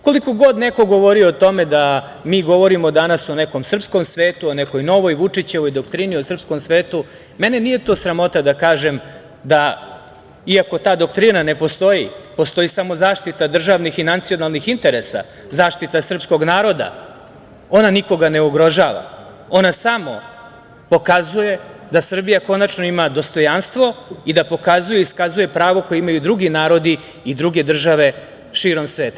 Koliko god neko govorio o tome da mi govorimo danas o nekom srpskom svetu, o nekoj novoj Vučićevoj doktrini, o srpskom svetu, mene nije sramota da kažem, iako ta doktrina ne postoji, postoji samo zaštita državnih i nacionalnih interesa, zaštita srpskog naroda, ona nikoga ne ugrožava, ona samo pokazuje da Srbija konačno ima dostojanstvo i da pokazuje i iskazuje pravo koje imaju i drugi narodi i druge države širom sveta.